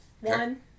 One